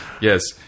Yes